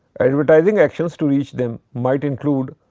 advertising actions to reach them might include.